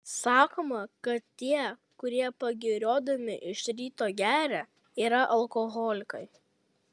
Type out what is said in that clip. sakoma kad tie kurie pagiriodami iš ryto geria yra alkoholikai